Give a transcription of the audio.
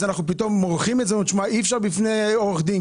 אז פתאום אנחנו מורחים את זה ואומרים שאי אפשר עורך דין,